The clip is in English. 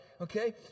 Okay